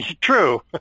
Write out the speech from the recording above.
True